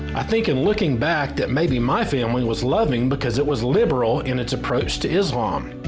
i think in looking back that maybe my family was loving because it was liberal in its approach to islam.